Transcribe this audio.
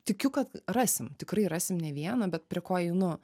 tikiu kad rasim tikrai rasim ne vieną bet prie ko einu